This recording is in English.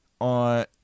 on